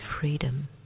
freedom